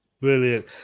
Brilliant